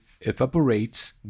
evaporate